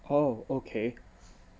oh okay